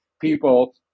people